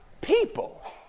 people